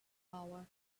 power